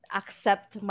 accept